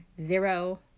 zero